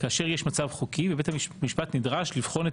כאשר יש מצב חוקי ובית המשפט נדרש לבחון את